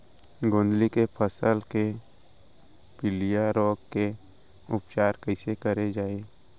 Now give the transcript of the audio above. गोंदली के फसल के पिलिया रोग के उपचार कइसे करे जाये?